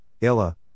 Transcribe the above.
illa